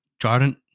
Jordan